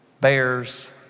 bears